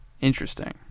Interesting